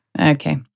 Okay